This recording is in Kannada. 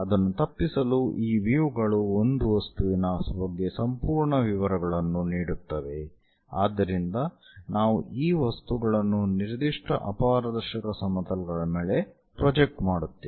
ಅದನ್ನು ತಪ್ಪಿಸಲು ಈ ವ್ಯೂ ಗಳು ಒಂದು ವಸ್ತುವಿನ ಬಗ್ಗೆ ಸಂಪೂರ್ಣ ವಿವರಗಳನ್ನು ನೀಡುತ್ತವೆ ಆದ್ದರಿಂದ ನಾವು ಈ ವಸ್ತುಗಳನ್ನು ನಿರ್ದಿಷ್ಟ ಅಪಾರದರ್ಶಕ ಸಮತಲಗಳ ಮೇಲೆ ಪ್ರೊಜೆಕ್ಟ್ ಮಾಡುತ್ತೇವೆ